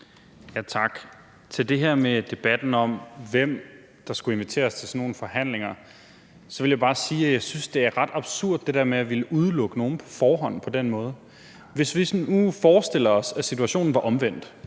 Tak. Til det her med debatten om, hvem der skulle inviteres til sådan nogle handlinger, vil jeg bare sige, at jeg synes, det der med at ville udelukke nogen på forhånd på den måde er ret absurd. Hvis vi nu forestiller os, at situationen var omvendt,